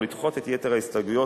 ולדחות את יתר ההסתייגויות,